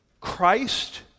Christ